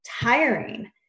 tiring